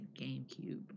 GameCube